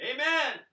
Amen